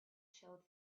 showed